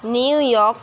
New York